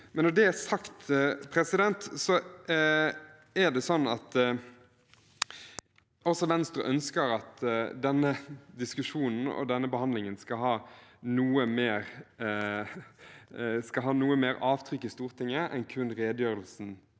Når det er sagt, er det sånn at også Venstre ønsker at denne diskusjonen og denne behandlingen skal ha noe mer avtrykk i Stortinget enn kun redegjørelsen